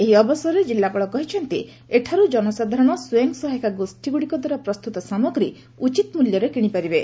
ଏହି ଅବସରରେ ଜିଲ୍ଲାପାଳ କହିଛନ୍ତି ଏଠାରୁ ଜନସାଧାରଣ ସ୍ୱୟଂ ସହାୟିକା ଗୋଷୀଗୁଡ଼ିକଦ୍ୱାରା ପ୍ରସ୍ତୁତ ସାମଗ୍ରୀ ଉଚିତ ମଲ୍ୟରେ କିଶିପାରିବେ